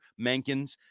Mankins